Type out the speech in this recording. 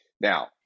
Now